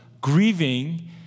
grieving